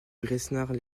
besnard